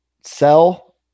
sell